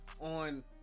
on